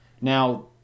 Now